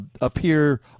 appear